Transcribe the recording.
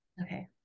Okay